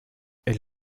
elle